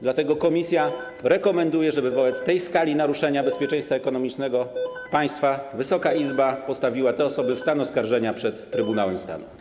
Dlatego komisja rekomenduje, żeby wobec tej skali naruszenia bezpieczeństwa ekonomicznego państwa Wysoka Izba postawiła te osoby w stan oskarżenia przed Trybunałem Stanu.